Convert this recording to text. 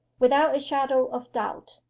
without a shadow of doubt,